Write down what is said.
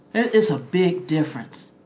it's a big difference.